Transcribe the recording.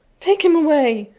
take him away!